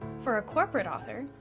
for a corporate author,